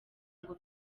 ngo